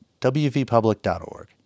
wvpublic.org